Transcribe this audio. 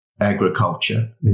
agriculture